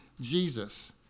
Jesus